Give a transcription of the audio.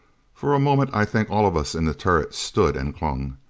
for a moment i think all of us in the turret stood and clung.